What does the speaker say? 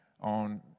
on